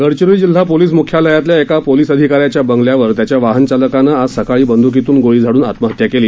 गडचिरोली जिल्हा पोलीस म्ख्यालयातल्या एका पोलीस अधिकाऱ्याच्या बंगल्यावर त्याच्या वाहनचालकनं आज सकाळी बंदुकीतून गोळी झाडून आत्महत्या केली